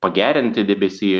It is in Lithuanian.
pagerinti debesiją